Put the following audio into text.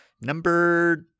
number